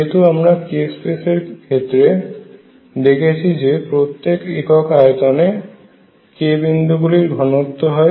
যেহেতু আমরা k space এর ক্ষেত্রে দেখেছি যে প্রত্যেক একক আয়তনে k বিন্দুগুলির ঘনত্ব হয় L383